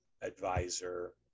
advisor